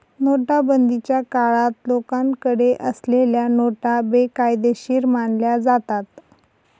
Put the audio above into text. नोटाबंदीच्या काळात लोकांकडे असलेल्या नोटा बेकायदेशीर मानल्या जातात